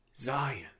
Zion